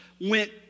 went